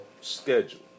schedule